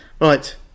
right